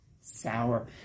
sour